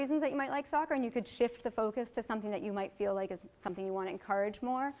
reason that you might like soccer and you could shift the focus to something that you might feel like as something you want to encourage more